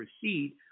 proceed